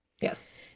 Yes